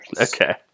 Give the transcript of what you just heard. Okay